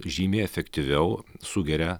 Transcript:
žymiai efektyviau sugeria